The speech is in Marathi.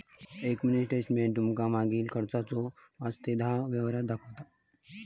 एक मिनी स्टेटमेंट तुमका मागील खर्चाचो पाच ते दहा व्यवहार दाखवता